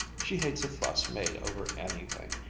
she hates a fuss made over anything,